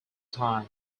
time